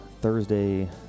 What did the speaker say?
Thursday